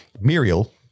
Muriel